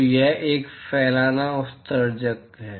तो यह एक फैलाना उत्सर्जक है